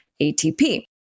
ATP